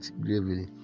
gravely